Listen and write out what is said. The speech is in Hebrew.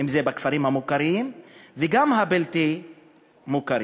בכפרים המוכרים וגם הבלתי-מוכרים.